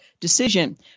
decision